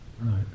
right